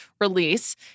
release